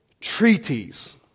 treaties